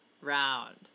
round